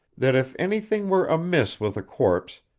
that if anything were amiss with a corpse,